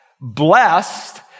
Blessed